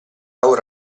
ora